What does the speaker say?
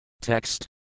Text